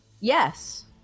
yes